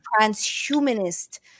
transhumanist